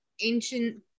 ancient